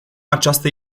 această